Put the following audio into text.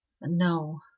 no